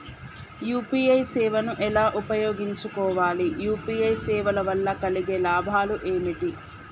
UPI సేవను ఎలా ఉపయోగించు కోవాలి? యూ.పీ.ఐ సేవల వల్ల కలిగే లాభాలు ఏమిటి?